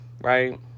right